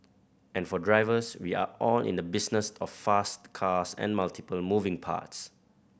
and for drivers we are all in the business of fast cars and multiple moving parts